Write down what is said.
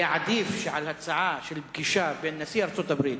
היה עדיף שעל הצעה של פגישה בין נשיא ארצות-הברית